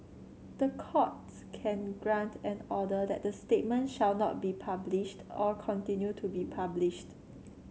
the court can grant an order that the statement shall not be published or continue to be published